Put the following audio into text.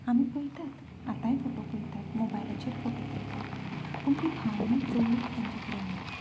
आमी पळयतात आतांय फोटो पळयतात मोबायलाचेर फोटो पळयतात पूण ती भावनीक जवळीक तेंच्या कडेन ना